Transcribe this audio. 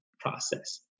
process